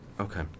Okay